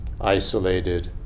isolated